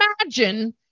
imagine